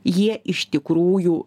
jie iš tikrųjų